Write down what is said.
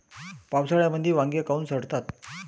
पावसाळ्यामंदी वांगे काऊन सडतात?